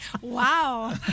Wow